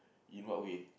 in what way